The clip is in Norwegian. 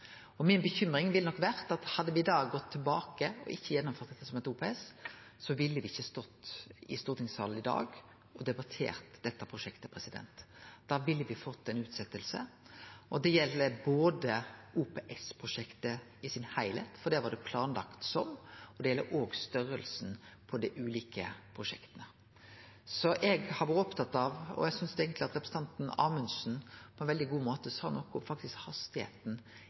bekymring ville nok ha vore at hadde me da gått tilbake og ikkje gjennomført det som et OPS, ville me ikkje stått i stortingssalen i dag og debattert dette prosjektet. Da ville me fått ei utsetjing. Det gjeld både OPS-prosjektet i det heile, for det var det planlagt som, og størrelsen på dei ulike prosjekta. Eg har vore opptatt av – og eg synest eigentleg at representanten Amundsen på ein veldig god måte sa noko om